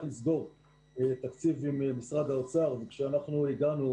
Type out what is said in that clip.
לסגור תקציב עם משרד האוצר וכשאנחנו הגענו,